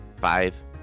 five